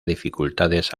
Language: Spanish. dificultades